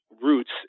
roots